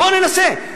בוא ננסה.